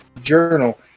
journal